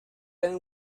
than